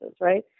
right